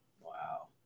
Wow